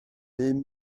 bum